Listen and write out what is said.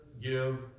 give